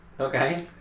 Okay